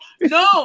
no